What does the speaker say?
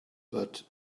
but